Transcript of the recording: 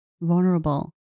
vulnerable